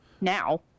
now